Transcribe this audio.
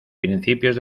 principios